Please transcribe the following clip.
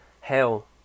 hell